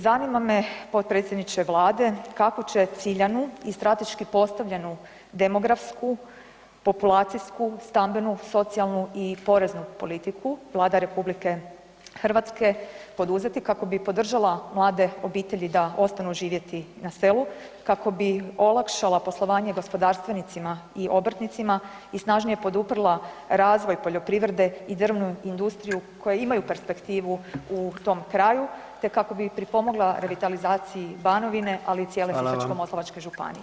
Zanima me potpredsjedniče Vlade kakvu će ciljanu i strateški postavljenju demografsku, populacijsku, stambenu, socijalnu i poreznu politiku Vlada RH poduzeti kako bi podržala mlade obitelji da ostanu živjeti na selu, kako bi olakšala poslovanje gospodarstvenicima i obrtnicima i snažnije poduprla razvoj poljoprivrede i drvnu industriju koje imaju perspektivu u tom kraju te kako bi pripomogla revitalizaciji Banovine [[Upadica: Hvala vam.]] ali i cijele Sisačko-moslavačke županije.